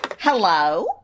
Hello